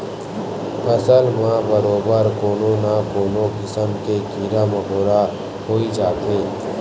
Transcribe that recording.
फसल म बरोबर कोनो न कोनो किसम के कीरा मकोरा होई जाथे